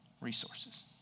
resources